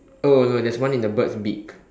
oh no there's one in the bird's beak